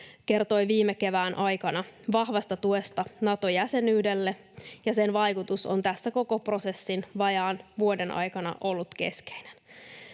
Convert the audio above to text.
kertoi viime kevään aikana vahvasta tuesta Nato-jäsenyydelle, ja sen vaikutus on tässä koko prosessin, vajaan vuoden, aikana ollut keskeinen.